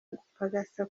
gupagasa